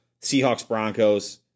Seahawks-Broncos